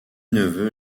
neveu